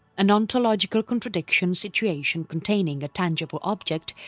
an ontological contradiction situation containing a tangible object,